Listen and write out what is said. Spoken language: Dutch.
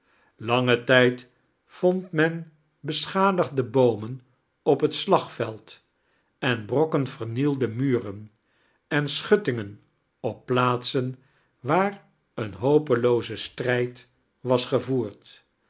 langen tijd vond men beschadigde boomen op net slagveld en brokken vernielde muren en sehuttingen op plaatsien waar een hopeloozen strijd was gevoerd